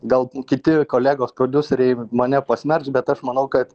gal kiti kolegos prodiuseriai mane pasmerks bet aš manau kad